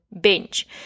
binge